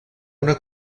una